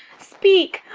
speak,